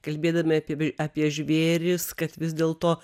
kalbėdami apie v apie žvėris kad vis dėlto